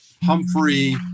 Humphrey